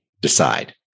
decide